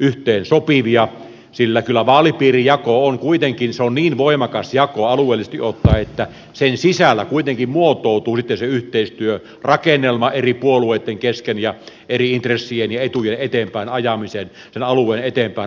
yhteensopivia sillä kyllä vaalipiirijako on kuitenkin niin voimakas jako alueellisesti ottaen että sen sisällä kuitenkin muotoutuu sitten se yhteistyörakennelma eri puolueitten ja eri intressien ja eri etujen sen alueen eteenpäin ajamisen kesken